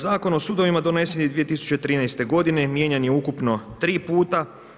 Zakon o sudovima donesen je 2013. godine, mijenjan je ukupno 3 puta.